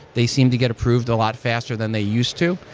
they seem to get approved a lot faster than they used to.